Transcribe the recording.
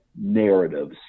narratives